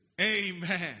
Amen